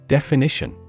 Definition